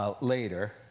later